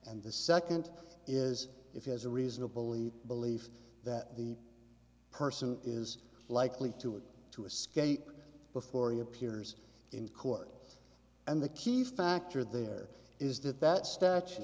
and the second is if he has a reasonable e belief that the person is likely to want to escape before he appears in court and the key factor there is that that statu